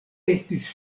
estis